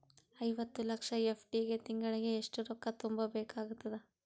ಐವತ್ತು ಲಕ್ಷ ಎಫ್.ಡಿ ಗೆ ತಿಂಗಳಿಗೆ ಎಷ್ಟು ರೊಕ್ಕ ತುಂಬಾ ಬೇಕಾಗತದ?